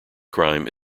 crime